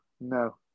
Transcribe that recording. no